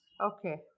okay